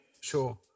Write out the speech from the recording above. sure